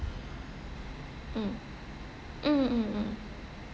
mm mm mm mm